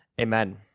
amen